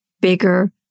bigger